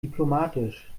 diplomatisch